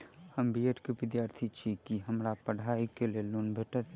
हम B Ed केँ विद्यार्थी छी, की हमरा पढ़ाई लेल लोन भेटतय?